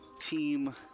team